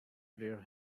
player